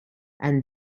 and